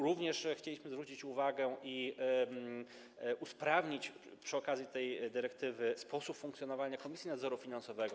Również chcieliśmy zwrócić na to uwagę i usprawnić przy okazji tej dyrektywy sposób funkcjonowania Komisji Nadzoru Finansowego.